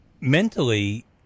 mentally